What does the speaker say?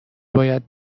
باید